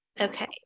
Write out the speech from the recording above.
Okay